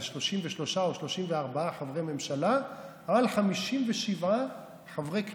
זה 33 או 34 חברי ממשלה על 57 חברי כנסת.